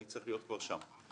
אני צריך להיות כבר שם.